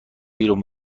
بیرون